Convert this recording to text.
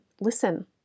listen